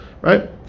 Right